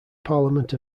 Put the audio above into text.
parliament